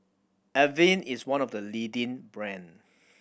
Avene is one of the leading brands